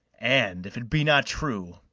and, if it be not true,